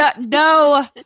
No